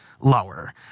lower